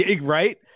right